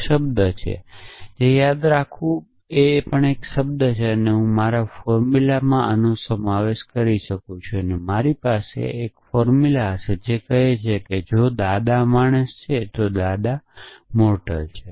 તે એક શબ્દ છે જે યાદ રાખવું તે પણ એક શબ્દ છે જે હું મારા ફોર્મુલામાં આનો સમાવેશ કરી શકું છું પછી મારી પાસે ફોર્મુલા હશે જે કહે છે કે જો દાદા માણસ છે તો દાદા મોરટલ છે